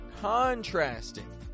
Contrasting